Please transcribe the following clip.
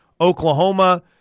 Oklahoma